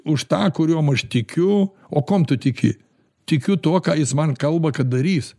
už tą kuriuom aš tikiu o kuom tu tiki tikiu tuo ką jis man kalba kad darys